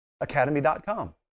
academy.com